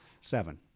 Seven